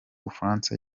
bufaransa